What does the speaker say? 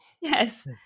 Yes